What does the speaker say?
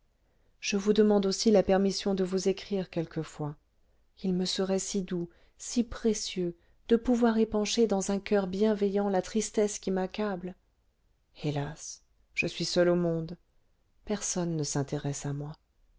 je vous demande aussi la permission de vous écrire quelquefois il me serait si doux si précieux de pouvoir épancher dans un coeur bienveillant la tristesse qui m'accable hélas je suis seul au monde personne ne s'intéresse à moi